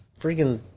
freaking